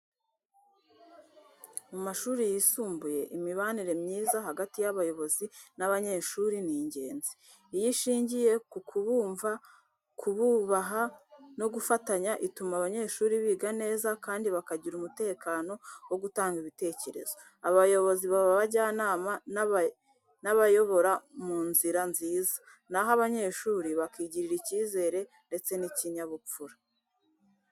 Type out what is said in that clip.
Mu mashuri yisumbuye, imibanire myiza hagati y’abayobozi n’abanyeshuri ni ingenzi. Iyo ishingiye ku kubumva, kububaha no gufatanya, ituma abanyeshuri biga neza, kandi bakagira umutekano wo gutanga ibitekerezo. Abayobozi baba abajyanama n’abayobora mu nzira nziza, na ho abanyeshuri bakigirira icyizere ndetse n’ikinyabupfura.